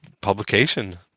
publication